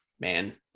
man